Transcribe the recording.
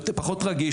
פחות רגיש,